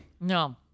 No